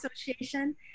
Association